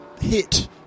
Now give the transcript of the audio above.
hit